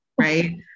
right